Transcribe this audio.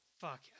Fuck